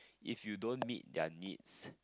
if you don't meet their needs